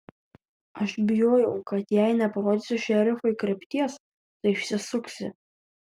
aš bijojau kad jei neparodysiu šerifui krypties tu išsisuksi